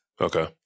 Okay